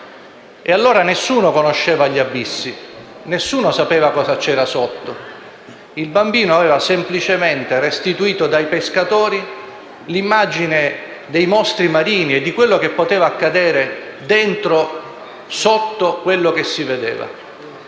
allora, nessuno conosceva gli abissi, nessuno sapeva cosa c'era sotto. Il bambino aveva semplicemente ricevuto dai pescatori l'immagine dei mostri marini e di quello che poteva accadere dentro e sotto quello che si vedeva,